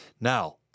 Now